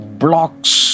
blocks